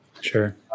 sure